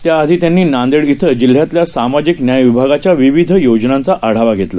त्याआधीत्यांनीनांदेडइथंजिल्ह्यातल्या सामाजिकन्यायविभागाच्याविविधयोजनांचाआढावाघेतला